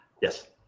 Yes